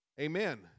Amen